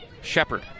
Shepard